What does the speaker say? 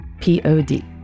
P-O-D